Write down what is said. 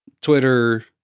Twitter